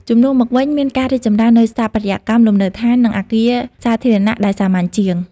ជំនួសមកវិញ មានការរីកចម្រើននូវស្ថាបត្យកម្មលំនៅឋាន និងអគារសាធារណៈដែលសាមញ្ញជាង។